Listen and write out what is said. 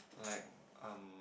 like um